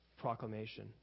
proclamation